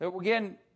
Again